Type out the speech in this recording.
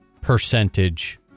percentage